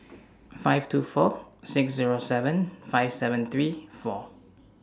five two four six Zero seven five seven three four